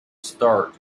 start